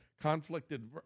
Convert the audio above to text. conflicted